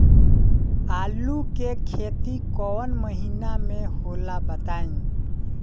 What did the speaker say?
आलू के खेती कौन महीना में होला बताई?